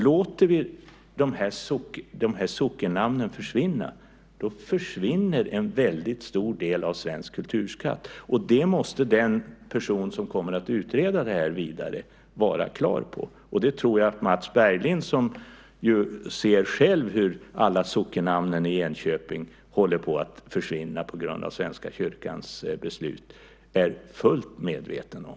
Låter vi sockennamnen försvinna, försvinner en väldigt stor del av svensk kulturskatt, och det måste den person som kommer att utreda det här vidare vara klar över. Det tror jag att Mats Berglind, som ju ser själv hur alla sockennamnen i Enköping håller på att försvinna på grund av Svenska kyrkans beslut, är fullt medveten om.